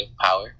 power